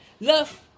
love